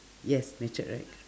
yes machete right